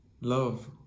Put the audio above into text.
love